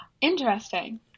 Interesting